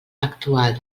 actual